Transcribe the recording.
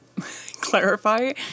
clarify